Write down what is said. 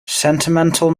sentimental